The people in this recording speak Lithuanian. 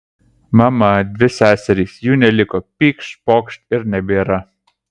mama dvi seserys jų neliko pykšt pokšt ir nebėra